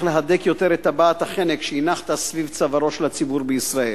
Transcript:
להדק יותר את טבעת החנק שהנחת סביב צווארו של הציבור בישראל.